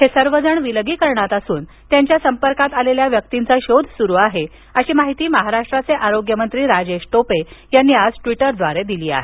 हे सर्व जण विलगीकरणात असून त्यांच्या संपर्कात आलेल्या व्यक्तींचा शोध सुरू आहे अशी माहिती महाराष्ट्राचे आरोग्यमंत्री राजेश टोपे यांनी आज ट्वीटर द्वारे दिली आहे